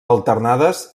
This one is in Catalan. alternades